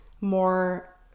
more